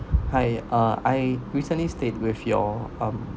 hi uh I recently stayed with your um